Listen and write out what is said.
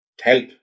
help